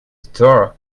store